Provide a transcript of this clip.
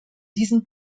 diesen